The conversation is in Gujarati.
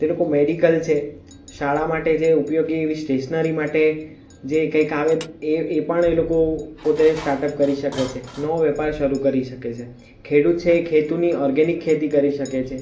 તે લોકો મેડિકલ છે શાળા માટે જે ઉપયોગી એવી સ્ટેશનરી માટે જે કંઈક આવે એ એ પણ એ લોકો પોતે સ્ટાર્ટઅપ કરી શકે છે નવો વેપાર શરૂ કરી શકે છે ખેડૂત છે એ ખેતુની ઓર્ગેનિક ખેતી કરી શકે છે